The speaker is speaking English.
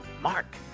Mark